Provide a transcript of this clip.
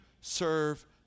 serve